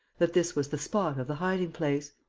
that this was the spot of the hiding-place.